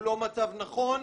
הוא לא מצב נכון,